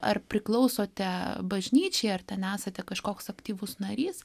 ar priklausote bažnyčiai ar ten esate kažkoks aktyvus narys